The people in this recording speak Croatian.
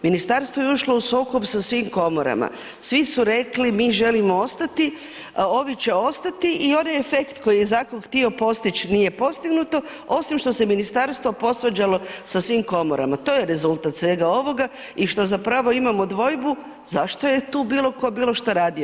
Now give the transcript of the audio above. Ministarstvo je ušlo u sukob sa svim komorama, svi su rekli mi želimo ostati, ovi će ostati i onaj efekt koji je zakon htio postići, nije postignuto, osim što se ministarstvo posvađalo sa svim komorama, to je rezultat svega ovoga i što zapravo imamo dvojbu, zašto je tu bilo tko bilo što radio.